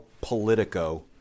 Politico